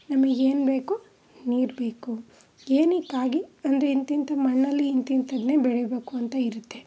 ನಮಿಗೇನು ಬೇಕು ನೀರು ಬೇಕು ಏನಕ್ಕಾಗಿ ಅಂದರೆ ಇಂತಿಂಥದ್ದು ಮಣ್ಣಲ್ಲಿ ಇಂತಿಂಥದನ್ನೇ ಬೆಳೀಬೇಕು ಅಂತ ಇರುತ್ತೆ